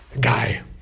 guy